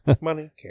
Money